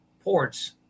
ports